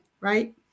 right